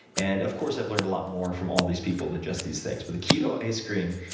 and, of course, i've learned a lot more from all these people than just these things. but the keto ice cream,